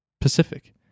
Pacific